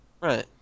Right